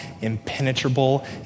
impenetrable